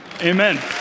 Amen